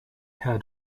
had